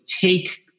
take